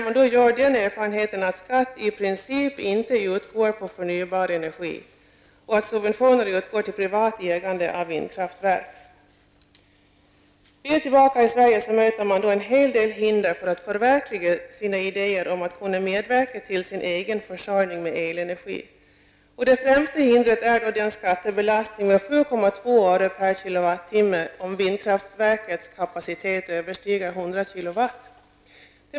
Man har gjort den erfarenheten att skatt i princip inte skall utgå på förnybar energi. I Sverige möter man en hel del hinder när man försöker förverkliga sina idéer om att medverka till sin egen försörjning av elenergi. Det främsta hindret är den skattebelastning med 7,2 öre per kilowattimme som utgår om vindkraftsverkets kapacitet överstiger 100 kilowatt.